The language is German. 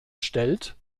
stellt